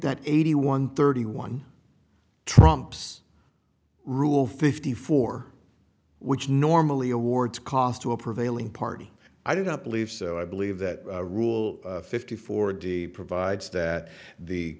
that eighty one thirty one trumps rule fifty four which normally awards cost to a prevailing party i do not believe so i believe that rule fifty four d provides that the